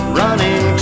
running